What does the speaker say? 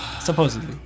Supposedly